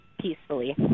peacefully